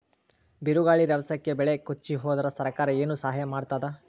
ಬಿರುಗಾಳಿ ರಭಸಕ್ಕೆ ಬೆಳೆ ಕೊಚ್ಚಿಹೋದರ ಸರಕಾರ ಏನು ಸಹಾಯ ಮಾಡತ್ತದ?